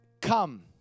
come